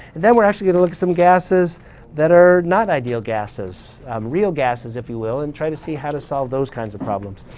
and then we're actually going to look at some gases that are not ideal gases real gases, if you will, and try to see how to solve those kinds of problems.